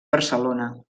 barcelona